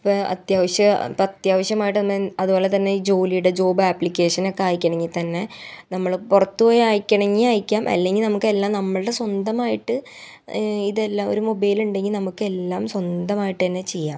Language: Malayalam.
അപ്പോൾ അത്യാവശ്യം ഇപ്പത്യാവശ്യമായിട്ട് അതുപോലെ തന്നെ ഈ ജോലീടെ ജോബാപ്പ്ളിക്കേഷനക്കെ അയക്കണങ്കിത്തന്നെ നമ്മൾ പുറത്ത് പോയി അയക്കണെങ്കിൽ അയക്കാം അല്ലെങ്കിൽ നമുക്കെല്ലാം നമ്മളുടെ സ്വന്തമായിട്ട് ഇതെല്ലം ഒരു മൊബൈലുണ്ടെങ്കിൽ നമുക്കെല്ലാം സ്വന്തമായിട്ടന്നെ ചെയ്യാം